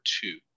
Two